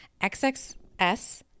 XXS